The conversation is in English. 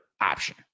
option